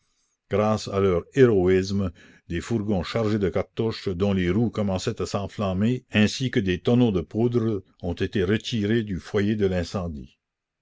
grâce à leur héroïsme des fourgons chargés de cartouches dont les roues commençaient à s'enflammer ainsi que des tonneaux de poudre ont été retirés du foyer de l'incendie